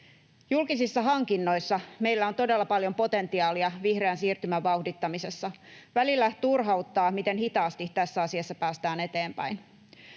Julkisissa hankinnoissa meillä on todella paljon potentiaalia vihreän siirtymän vauhdittamisessa. Välillä turhauttaa, miten hitaasti tässä asiassa päästään eteenpäin.